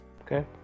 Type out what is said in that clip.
Okay